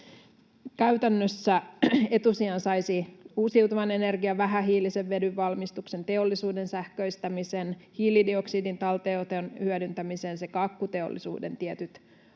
Käytännössä etusijan saisivat uusiutuvan energian, vähähiilisen vedyn valmistuksen, teollisuuden sähköistämisen, hiilidioksidin talteenoton hyödyntämisen sekä akkuteollisuuden tietyt